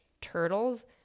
turtles